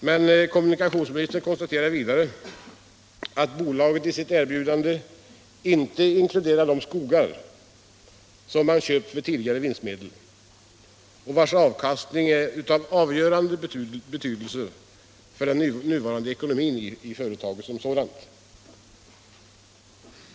Men han konstaterar vidare att bolaget i sitt erbjudande inte inkluderar de skogar som köpts med tidigare vinstmedel och vilkas avkastning är avgörande för den nuvarande ekonomin i företaget.